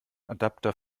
adapter